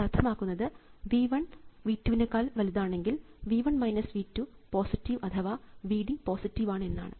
ഇത് അർത്ഥമാക്കുന്നത് V 1 V 2 ആണെങ്കിൽ V 1 V 2 പോസിറ്റീവാണ് അഥവാ V d പോസിറ്റീവാണ് എന്നാണ്